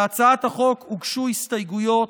להצעת החוק הוגשו הסתייגויות,